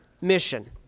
mission